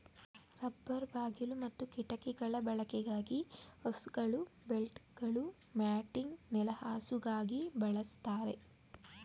rubber ಬಾಗಿಲು ಮತ್ತು ಕಿಟಕಿಗಳ ಬಳಕೆಗಾಗಿ ಹೋಸ್ಗಳು ಬೆಲ್ಟ್ಗಳು ಮ್ಯಾಟಿಂಗ್ ನೆಲಹಾಸುಗಾಗಿ ಬಳಸ್ತಾರೆ